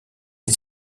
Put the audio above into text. les